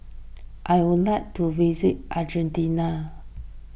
I would like to visit Argentina